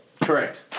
Correct